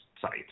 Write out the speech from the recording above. sites